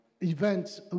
events